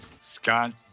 scott